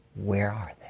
where